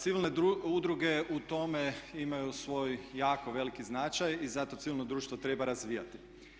Civilne udruge u tome imaju svoj jako veliki značaj i zato civilno društvo treba razvijati.